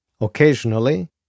Occasionally